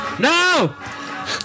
No